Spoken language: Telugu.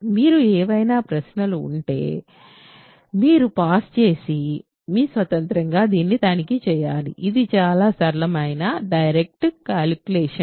మీకు ఏవైనా ప్రశ్నలు ఉంటే మీరు పాజ్ చేసి మీ స్వంతంగా దీన్ని తనిఖీ చేయాలి ఇది చాలా సరళమైన డైరెక్ట్ క్యాలిక్యులేషన్